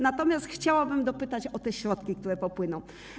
Natomiast chciałabym dopytać o te środki, które popłyną.